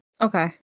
Okay